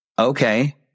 Okay